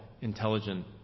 intelligent